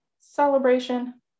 Celebration